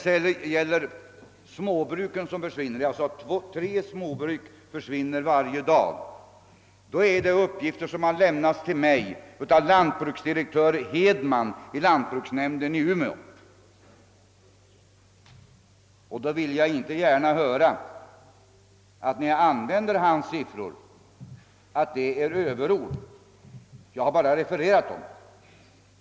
Om småbruken som försvinner — jag sade att två, tre småbruk försvinner varje dag — så återgav jag uppgifter som har lämnats mig av lantbruksdirektör Hedman i lantbruksnämnden i Umeå. Jag vill inte gärna höra talet om överord när jag använt hans siffror. Jag har bara refererat dem.